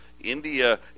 India